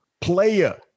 player